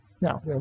Now